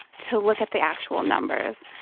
to look at the actual numbers.